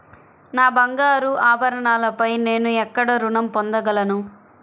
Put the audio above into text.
నా బంగారు ఆభరణాలపై నేను ఎక్కడ రుణం పొందగలను?